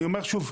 אני אומר שוב,